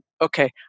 okay